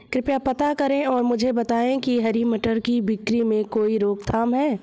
कृपया पता करें और मुझे बताएं कि क्या हरी मटर की बिक्री में कोई रोकथाम है?